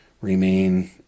remain